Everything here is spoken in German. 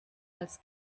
als